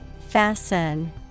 Fasten